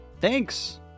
thanks